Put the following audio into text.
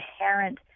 inherent